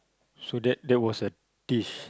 so that that was a dish